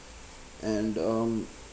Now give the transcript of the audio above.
and um